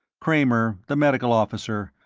kramer, the medical officer,